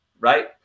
Right